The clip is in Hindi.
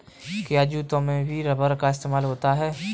क्या जूतों में भी रबर का इस्तेमाल होता है?